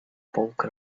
poke